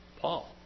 Paul